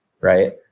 right